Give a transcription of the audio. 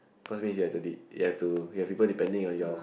cause mean you already you have to you have people to depending on your